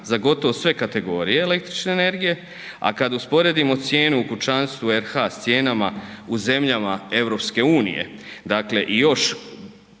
za gotovo sve kategorije električne energije, a kad usporedimo cijenu u kućanstvu RH s cijenama u zemljama EU, dakle još